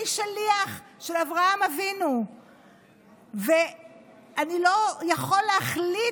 אני שליח של אברהם אבינו ואני לא יכול להחליט